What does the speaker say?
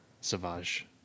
Savage